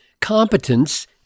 Competence